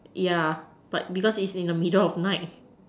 yeah but because it's in the middle of night